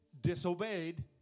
disobeyed